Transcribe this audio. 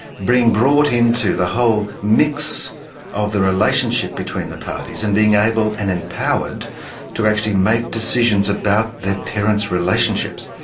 being brought into the whole mix of the relationship between the parties and being able and empowered to actually make decisions about their parents' relationships.